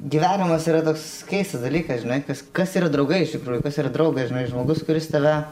gyvenimas yra toks keistas dalykas žinai kas kas yra draugai iš tikrųjų kas yra draugas žinai žmogus kuris tave